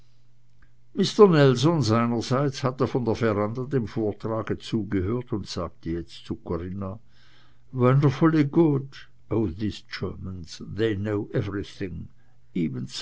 mister nelson seinerseits hatte von der veranda dem vortrage zugehört und sagte jetzt zu corinna wonderfully good oh